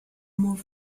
more